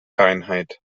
reinheit